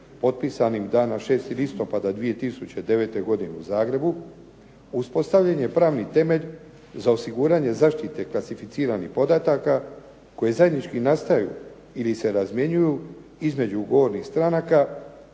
potpisanim dana 6. listopada 2009. godine u Zagrebu uspostavljen je pravni temelj za osiguranje zaštite klasificiranih podataka koji zajednički nastaju ili se razmjenjuju između ugovornih stranaka,